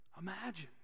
imagine